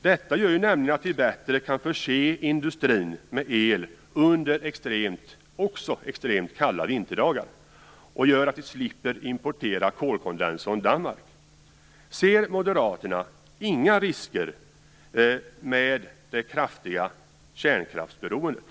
Detta gör nämligen att industrin bättre kan förses med el också under extremt kalla vinterdagar. Det gör att Sverige slipper importera kolkondens från Danmark. Ser Moderaterna inga risker med det kraftiga kärnkraftsberoendet?